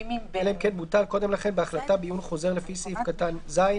אלא אם כן בוטל קודם לכן בהחלטה בעיון חוזר לפי סעיף קטן (ז),